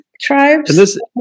tribes